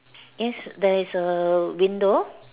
yes there is a window